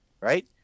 right